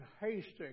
hasting